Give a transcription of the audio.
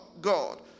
God